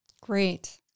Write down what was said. Great